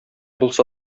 булса